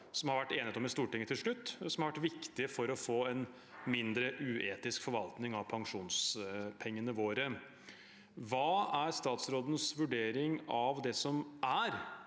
det har vært enighet om i Stortinget til slutt, og som har vært viktige for å få en mindre uetisk forvaltning av pensjonspengene våre. Hva er utenriksministerens vurdering av det som er